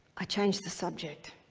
i changed the subject.